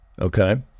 okay